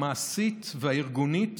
המעשית והארגונית